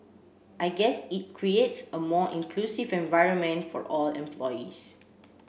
I guess it creates a more inclusive environment for all employees